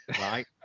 right